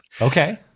Okay